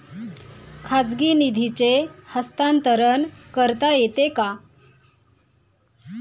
खाजगी निधीचे हस्तांतरण करता येते का?